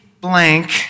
blank